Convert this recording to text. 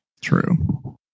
true